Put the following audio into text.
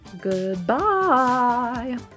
Goodbye